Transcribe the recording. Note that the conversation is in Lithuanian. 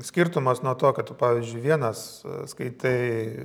skirtumas nuo to kad tu pavyzdžiui vienas skaitai